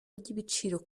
ry’ibiciro